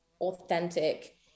authentic